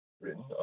written